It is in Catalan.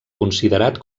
considerat